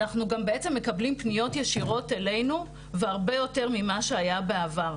אנחנו גם בעצם מקבלים פניות ישירות אלינו והרבה יותר ממה שהיה בעבר.